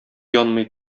янмый